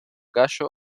gallo